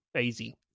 Easy